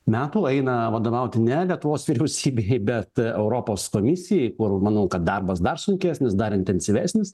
metų eina vadovauti ne lietuvos vyriausybei bet europos komisijai kur manau kad darbas dar sunkesnis dar intensyvesnis